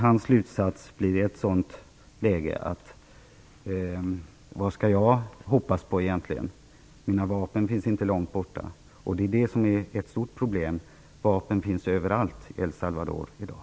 Han slutsats blir i ett sådant läge: Vad skall jag hoppas på egentligen? Mina vapen finns inte långt borta. Det är ett stort problem. Vapen finns överallt i El